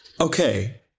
Okay